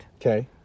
okay